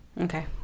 okay